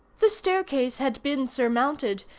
the staircase had been surmounted,